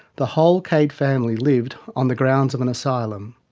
the whole cade family lived on the grounds of an asylum.